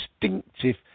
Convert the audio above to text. distinctive